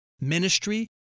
ministry